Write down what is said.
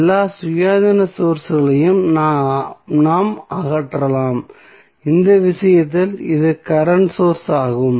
எல்லா சுயாதீன சோர்ஸ்களையும் நாம் அகற்றலாம் இந்த விஷயத்தில் இது கரண்ட் சோர்ஸ் ஆகும்